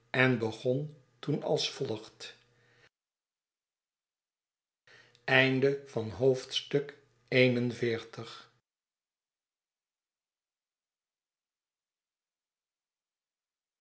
en begon toen als volgt